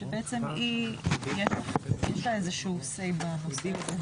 יש לה say בנושא.